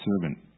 servant